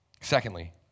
Secondly